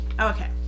Okay